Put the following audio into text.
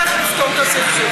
איך נפתור איך הסכסוך?